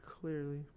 clearly